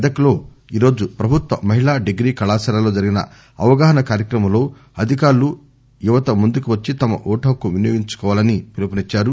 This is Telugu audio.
మెదక్లో ఈరోజు ప్రభుత్వ మహిళా డిగ్రీ కళాశాలలో జరిగిన అవగాహన కార్యక్రమంలో అధికారులు యువత ముందుకు వచ్చి తమ ఓటు హక్కు వినియోగించుకోవాలని పిలుపునిచ్చారు